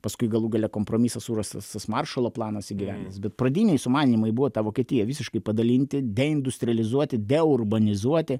paskui galų gale kompromisas surastas tas maršalo planas įgyvendintas bet pradiniai sumanymai buvo tą vokietiją visiškai padalinti bei deindustrializuoti deurbanizuoti